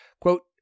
Quote